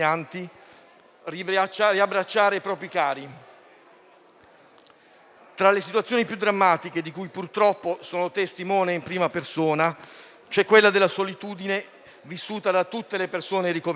Tra le situazioni più drammatiche, di cui, purtroppo, sono testimone in prima persona, c'è quella della solitudine, vissuta da tutte le persone ricoverate.